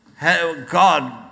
God